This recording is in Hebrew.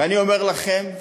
ואני אומר לכם,